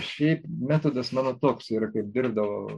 šiaip metodas mano toks yra kai dirbdavau